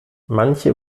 manche